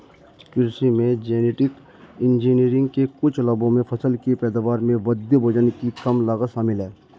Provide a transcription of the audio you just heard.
कृषि में genetic engineering के कुछ लाभों में फसल की पैदावार में वृद्धि, भोजन की कम लागत शामिल हैं